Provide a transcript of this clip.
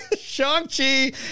Shang-Chi